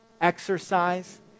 exercise